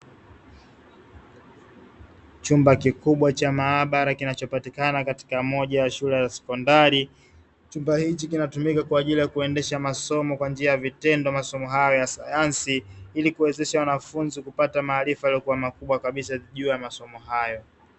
Chumba kikubwa cha maabara kinachopatikana katika moja ya shule ya sekondari, chumba hiki kinatumika kwa ajili ya kuendesha masomo kwa njia ya vitendo masomo hayo ya sayansi ili kuwezesha wanafunzi kupata maarifa yaliyo makubwa kabisa juu ya masomo hayo.